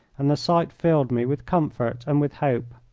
and the sight filled me with comfort and with hope.